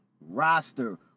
roster